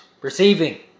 receiving